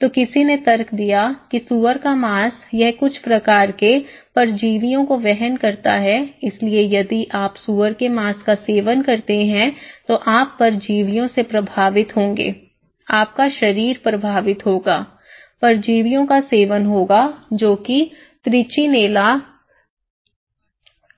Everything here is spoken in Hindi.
तो किसी ने तर्क दिया कि सूअर का मांस यह कुछ प्रकार के परजीवियों को वहन करता है इसलिए यदि आप सूअर के मांस का सेवन करते हैं तो आप परजीवियों से प्रभावित होंगे आपका शरीर प्रभावित होगा परजीवियों का सेवन होगाजो कि त्रिचिनेला